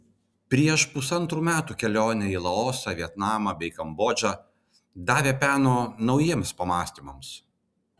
prieš pusantrų metų kelionė į laosą vietnamą bei kambodžą davė peno naujiems pamąstymams